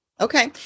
okay